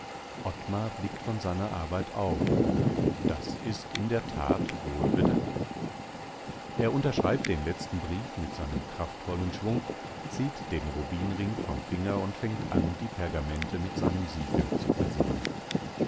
ottmar blickt von seiner arbeit auf das ist in der tat wohl bedacht er unterschreibt den letzten brief mit seinem kraftvollen schwung zieht den rubinring vom finger und fängt an die pergamente mit seinem siegel zu versehen